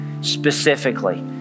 specifically